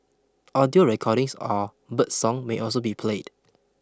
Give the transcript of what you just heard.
audio recordings or birdsong may also be played